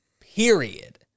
period